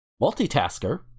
multitasker